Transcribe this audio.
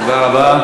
תודה רבה.